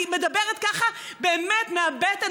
אני מדברת ככה באמת מהבטן,